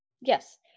Yes